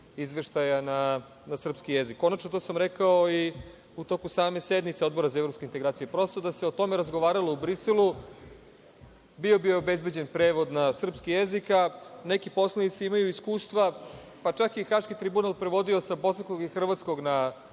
izveštaja na srpski jezik. Konačno, to sam rekao i u toku same sednice Odbora za Evropske integracije, prosto da se o tome razgovaralo u Briselu, bio bi obezbeđen prevod na srpski jezik. Neki poslanici imaju iskustva, pa čak i Haški tribunal je prevodio sa bosanskog i hrvatskog na